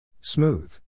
Smooth